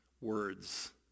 words